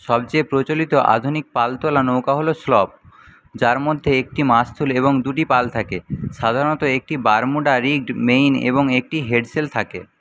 সবচেয়ে প্রচলিত আধুনিক পালতোলা নৌকা হল স্লুপ যার মধ্যে একটি মাস্তুল এবং দুটি পাল থাকে সাধারণত একটি বারমুডা রিগ্ড মেইন এবং একটি হেড সেল থাকে